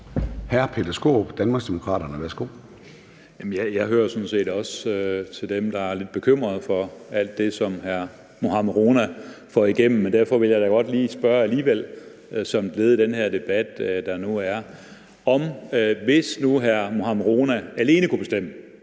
Kl. 16:27 Peter Skaarup (DD): Jeg hører jo sådan set også til dem, der er lidt bekymret for alt det, som hr. Mohammad Rona får igennem. Men derfor vil jeg da godt lige spørge om noget alligevel som led i den her debat, der nu er. Hvis nu hr. Mohammad Rona alene kunne bestemme,